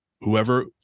whoever